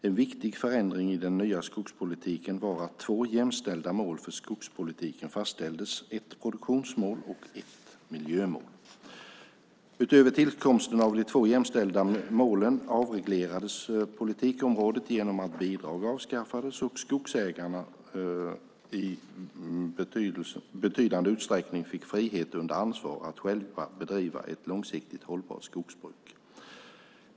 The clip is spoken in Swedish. En viktig förändring i den nya skogspolitiken var att två jämställda mål för skogspolitiken fastställdes, ett produktionsmål och ett miljömål. Utöver tillkomsten av de två jämställda målen avreglerades politikområdet genom att bidrag avskaffades och skogsägarna i betydande utsträckning fick frihet under ansvar att själva bedriva ett långsiktigt hållbart skogsbruk.